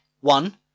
one